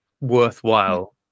worthwhile